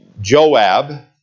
Joab